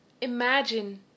Imagine